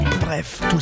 bref